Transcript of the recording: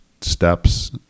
steps